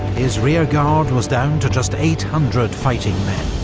his rearguard was down to just eight hundred fighting men,